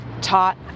taught